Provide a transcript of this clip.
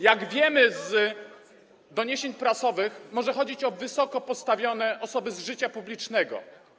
Jak wiemy z doniesień prasowych, że może chodzić o wysoko postawione osoby z życia publicznego.